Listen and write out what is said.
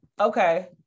Okay